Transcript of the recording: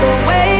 away